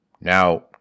Now